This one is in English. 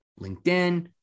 LinkedIn